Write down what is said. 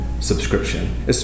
subscription